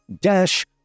dash